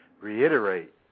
reiterate